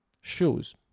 Shoes